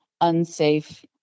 unsafe